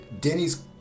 Denny's